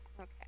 Okay